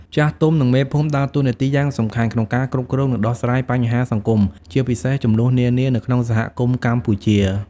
ចាស់ទុំ និងមេភូមិដើរតួនាទីយ៉ាងសំខាន់ក្នុងការគ្រប់គ្រង និងដោះស្រាយបញ្ហាសង្គម ជាពិសេសជម្លោះនានា នៅក្នុងសហគមន៍កម្ពុជា។